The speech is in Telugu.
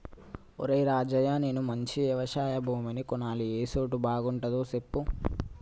ఒరేయ్ రాజయ్య నేను మంచి యవశయ భూమిని కొనాలి ఏ సోటు బాగుంటదో సెప్పు